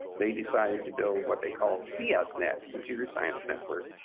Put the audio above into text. they decided to build what they called csnet, computer science network,